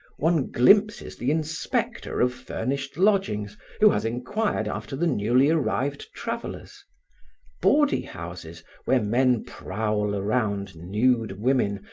one glimpses the inspector of furnished lodgings who has inquired after the newly arrived travellers bawdy houses where men prowl around nude women,